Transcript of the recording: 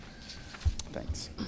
thanks